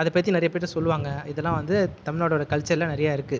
அதை பற்றி நிறைய பேர் கிட்ட சொல்லுவாங்கள் இதெல்லாம் வந்து தமிழ்நாட்டோடய கல்ச்சரில் நிறைய இருக்குது